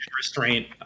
restraint